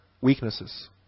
weaknesses